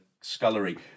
scullery